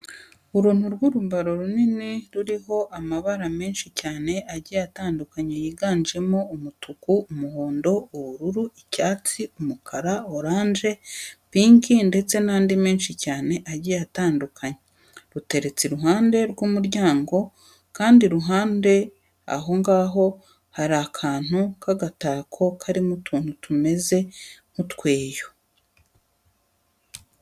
Uruntu rw'urubaro runini ruriho amabara menshi cyane agiye atandukanye yiganjemo umutuku, umuhondo, ubururu, icyatsi, umukara, oranje, pinki ndetse n'andi menshi cyane agiye atandukanye. Ruteretse iruhande rw'umuryango kandi iruhande aho ngaho hari akantu k'agatako karimo utuntu tumeze nk'utweyo.